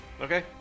Okay